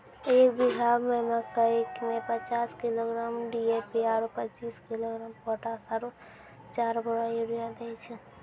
एक बीघा मे मकई मे पचास किलोग्राम डी.ए.पी आरु पचीस किलोग्राम पोटास आरु चार बोरा यूरिया दैय छैय?